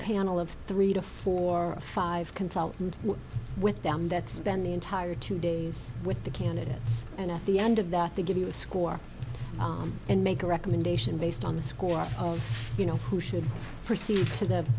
panel of three to four or five consultant with them that spend the entire two days with the candidates and at the end of that they give you a score and make a recommendation based on the score of you know who should proceed to the